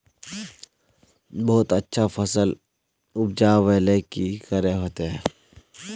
बहुत अच्छा फसल उपजावेले की करे होते?